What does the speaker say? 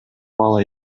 бала